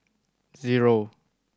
zero